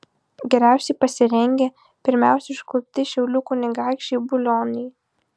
geriausiai pasirengė pirmiausia užklupti šiaulių kunigaikščiai bulioniai